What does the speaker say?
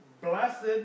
Blessed